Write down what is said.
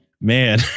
man